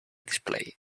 display